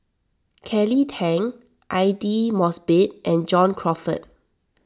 Kelly Tang Aidli Mosbit and John Crawfurd